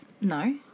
No